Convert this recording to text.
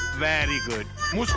very good.